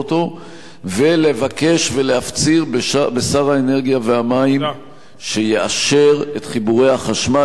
ולבקש ולהפציר בשר האנרגיה והמים שיאשר את חיבורי החשמל באופן מיידי,